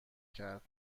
کرد